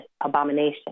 abomination